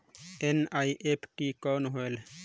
NEFT कौन होएल?